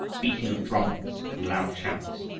beating of drums, and loud shouts,